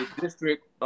district